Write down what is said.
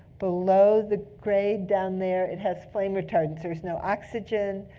below the grade down there, it has flame retardants. there's no oxygen.